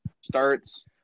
starts